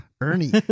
Ernie